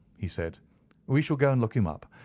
he said we shall go and look him up.